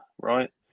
right